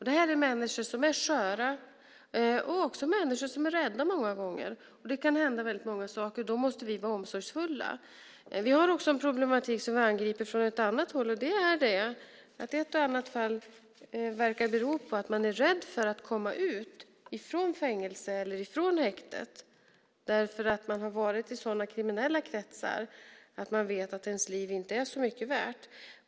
Det här är människor som är sköra och som många gånger också är rädda. Det kan hända många saker, och då måste vi vara omsorgsfulla. Vi har också en problematik som vi har angripit från ett annat håll, och det är detta att ett och annat fall verkar bero på att man är rädd för att komma ut ifrån fängelset eller häktet därför att man har varit i sådana kriminella kretsar att man vet att ens liv inte är så mycket värt.